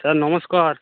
sir নমস্কার